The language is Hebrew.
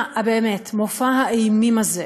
באמת את מופע האימים הזה